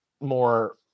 more